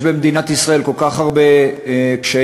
יש במדינת ישראל כל כך הרבה קשיים,